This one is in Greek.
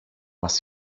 μας